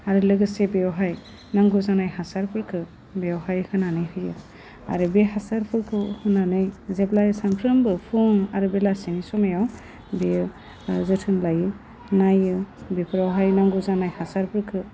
आरो लोगोसे बेवहाय नांगौ जानाय हासारफोरखौ बेवहाय होनानै होयो आरो बे हासारफोरखौ होनानै जेब्ला सानफ्रोमबो फुं आरो बेलासिनि समायाव बेयो जोथोन लायो नायो बेफोरावहाय नांगौ जानाय हासारफोरखौ